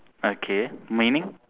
okay meaning